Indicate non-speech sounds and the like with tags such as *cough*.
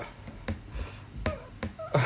*breath* err